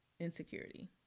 Insecurity